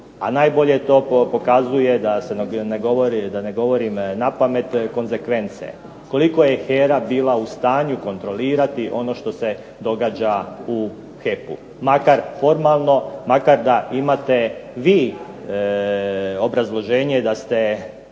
A najbolje to pokazuje da ne govorim na pamet konzekvence. Koliko je HERA bila u stanju kontrolirati ono što se događa u HEP-u, makar formalno makar da imate vi obrazloženje da ste